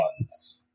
ones